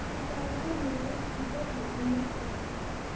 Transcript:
कृपया मेरो स्पिकरहरू म्युट गर्नुहोस्